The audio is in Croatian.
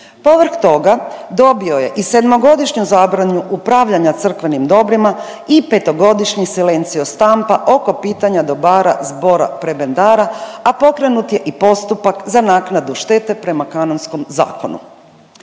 Povrh toga dobio je i sedmogodišnju zabranu upravljanja crkvenim dobrima i petogodišnji silenzio stampa oko pitanja dobara zbora prebendara, a pokrenut je i postupak za naknadu štete prema kanonskom zakonu.